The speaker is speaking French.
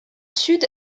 sud